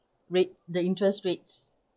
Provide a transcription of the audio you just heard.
rate the interest rates